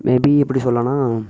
may be எப்படி சொல்லலான்னா